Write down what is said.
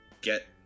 get